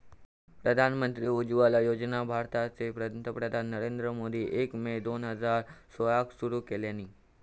प्रधानमंत्री उज्ज्वला योजना भारताचे पंतप्रधान नरेंद्र मोदींनी एक मे दोन हजार सोळाक सुरू केल्यानी